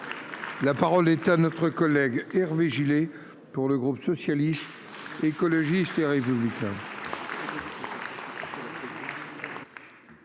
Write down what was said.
La parole est à M. Hervé Gillé, pour le groupe Socialiste, Écologiste et Républicain.